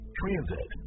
transit